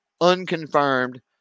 Unconfirmed